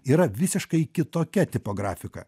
yra visiškai kitokia tipo grafika